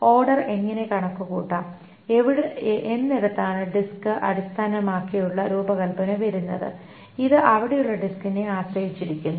order എങ്ങനെ കണക്കുകൂട്ടാം എന്നിടത്താണ് ഡിസ്ക് അടിസ്ഥാനമാക്കിയുള്ള രൂപകൽപന വരുന്നത് ഇത് അവിടെയുള്ള ഡിസ്കിനെ ആശ്രയിച്ചിരിക്കുന്നു